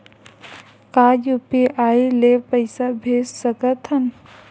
का यू.पी.आई ले पईसा भेज सकत हन?